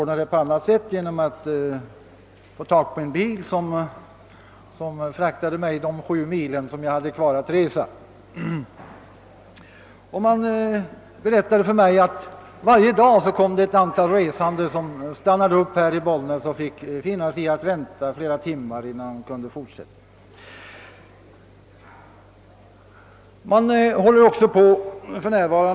Det berättades för mig, att varje dag kommer till Bollnäs ett antal resande som får finna sig i att vänta flera timmar, innan de kan fortsätta.